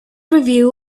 review